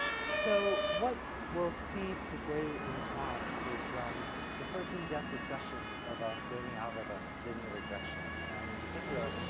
so what we'll see today in class is um the first in-depth discussion of a learning algorithm, linear regression, and in particular,